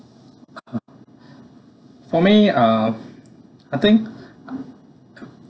for me uh I think